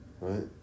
Right